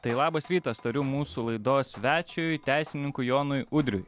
tai labas rytas tariu mūsų laidos svečiui teisininkui jonui udriui